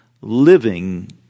living